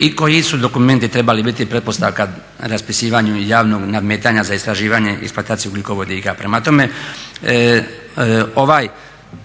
i koji su dokumenti trebali biti pretpostavka raspisivanju javnog nadmetanja za istraživanje i eksploataciju ugljikovodika. Prema tome, ovaj